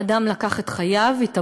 האדם לקח את חייו, התאבד.